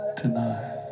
tonight